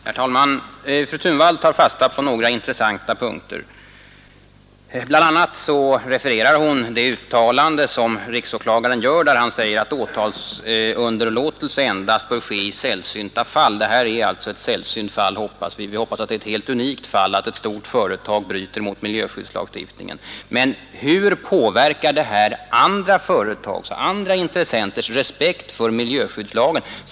Herr talman! Fru Thunvall tar fasta på några intressanta punkter. Bl. a. refererar hon det uttalande som riksåklagaren gör, där han säger att åtal bör underlåtas endast i sällsynta fall. Det här är alltså ett sällsynt fall. Jag hoppas att det är ett unikt fall att ett stort företag bryter mot miljöskyddslagstiftningen. Men hur påverkar det här andra företags och andra intressenters respekt för miljöskyddslagen?